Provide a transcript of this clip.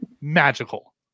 magical